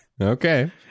Okay